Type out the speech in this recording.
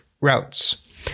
routes